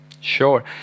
sure